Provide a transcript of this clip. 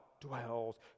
dwells